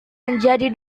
menjadi